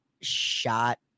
shot